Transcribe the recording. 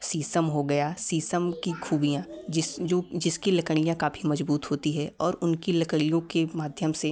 शीशम हो गया शीशम की खूबियाँ जिस जो जिसकी लकड़ियाँ काफ़ी मजबूत होती है और उनकी लकड़ियों के माध्यम से